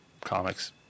comics